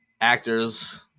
actors